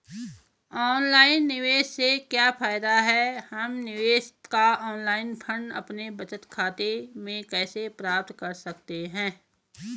Online निवेश से क्या फायदा है हम निवेश का ऑनलाइन फंड अपने बचत खाते में कैसे प्राप्त कर सकते हैं?